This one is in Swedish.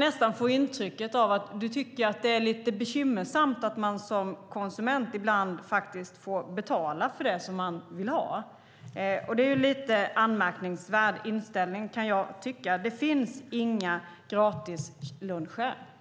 jag nästan få intrycket att hon tycker att det är lite bekymmersamt att man som konsument ibland får betala för det som man vill ha. Det är en lite anmärkningsvärd inställning. Det finns inga gratisluncher.